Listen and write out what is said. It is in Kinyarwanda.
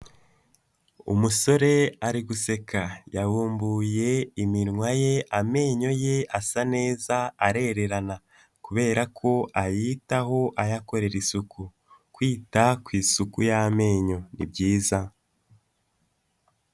umusore ari guseka yabumbuye iminwa ye amenyo ye asa neza arererana kubera ko ayitaho ayakorera isuku kwita ku isuku y'amenyo ni byiza.